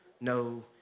no